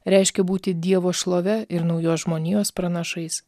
reiškia būti dievo šlove ir naujos žmonijos pranašais